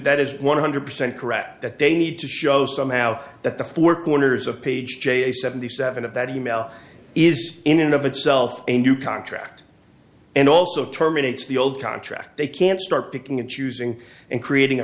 that is one hundred percent correct that they need to show somehow that the four corners of page j seventy seven of that e mail is in and of itself a new contract and also terminates the old contract they can start picking and choosing and creating a